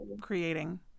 creating